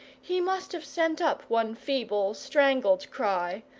he must have sent up one feeble, strangled cry,